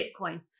Bitcoin